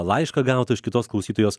laišką gautą iš kitos klausytojos